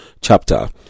chapter